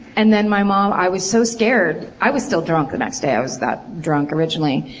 and then my mom. i was so scared. i was still drunk the next day. i was that drunk originally.